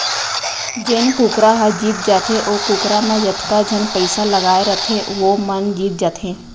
जेन कुकरा ह जीत जाथे ओ कुकरा म जतका झन पइसा लगाए रथें वो मन जीत जाथें